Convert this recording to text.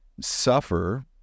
suffer